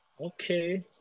Okay